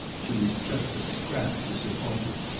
she was just a scrap disappointed.